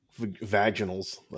vaginals